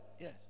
Yes